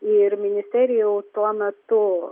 ir ministerija jau tuo metu